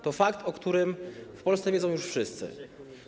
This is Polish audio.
To fakt, o którym w Polsce wiedzą już wszyscy.